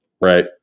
Right